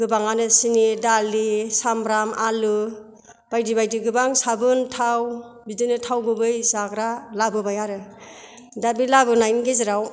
गोबाङानो सिनि दालि सामब्राम आलु बायदि बायदि गोबां साबोन थाव बिदिनै थाव गुबै जाग्रा लाबोबाय आरो दा बे लाबोनायनि गेजेराव